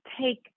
take